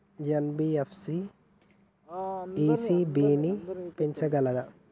NBFC ECB ని పెంచగలదా?